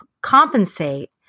compensate